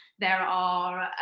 there are